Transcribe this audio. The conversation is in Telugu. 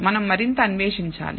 మనం మరింత అన్వేషించాలి